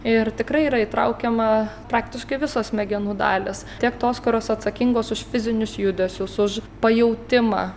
ir tikrai yra įtraukiama praktiškai visos smegenų dalys tiek tos kurios atsakingos už fizinius judesius už pajautimą